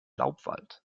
laubwald